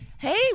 Hey